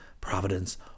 providence